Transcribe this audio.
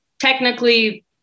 technically